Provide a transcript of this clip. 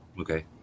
Okay